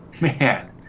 Man